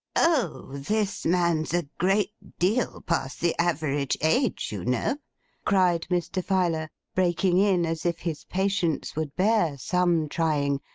o! this man's a great deal past the average age, you know cried mr. filer breaking in as if his patience would bear some trying,